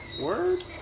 word